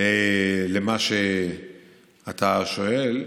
מה שאתה שואל,